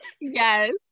Yes